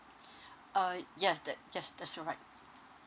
uh yes that yes that's right